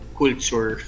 culture